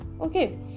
Okay